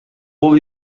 бул